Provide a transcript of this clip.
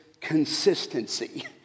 consistency